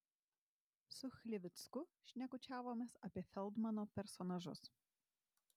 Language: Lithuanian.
su chlivicku šnekučiavomės apie feldmano personažus